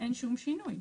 אין שום שינוי.